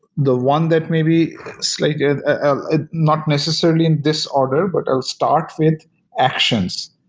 the one that may be slightly ah not necessarily in this order, but i'll start with actions.